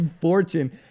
fortune